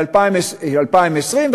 ל-2020,